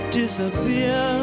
disappear